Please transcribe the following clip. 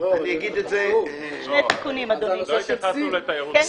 --- לא התייחסנו לתיירות נכנסת.